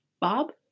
Bob